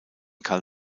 karl